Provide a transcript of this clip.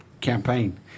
campaign